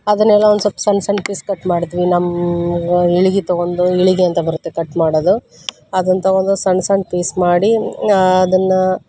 ಅದನ್ನೆಲ್ಲ ಒಂದು ಸ್ವಲ್ಪ್ ಸಣ್ಣ ಸಣ್ಣ ಪೀಸ್ ಕಟ್ ಮಾಡಿದ್ವಿ ನಮ್ಮ ಈಳ್ಗೆ ತೊಗೊಂಡು ಈಳಿಗೆ ಅಂತ ಬರುತ್ತೆ ಕಟ್ ಮಾಡೋದು ಅದನ್ನು ತೊಗೊಂಡು ಸಣ್ಣ ಸಣ್ಣ ಪೀಸ್ ಮಾಡಿ ಅದನ್ನು